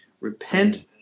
Repent